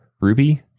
Ruby